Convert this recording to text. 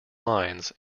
lines